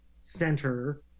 center